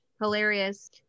hilarious